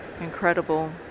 incredible